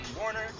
Warner